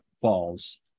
falls